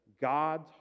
God's